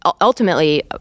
ultimately